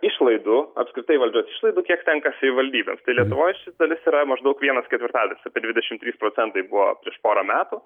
išlaidų apskritai valdžios išlaidų kiek tenka savivaldybėms tai lietuvoj ši dalis yra maždaug vienas ketvirtadalis dvidešimt trys procentai buvo prieš porą metų